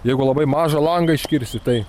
jeigu labai mažą langą iškirsi tai